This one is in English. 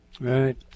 Right